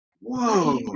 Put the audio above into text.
Whoa